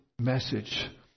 message